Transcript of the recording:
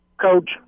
coach